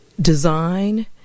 design